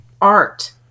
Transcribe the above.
art